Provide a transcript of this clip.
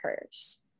occurs